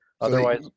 Otherwise